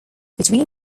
between